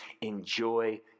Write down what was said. enjoy